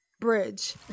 bridge